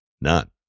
none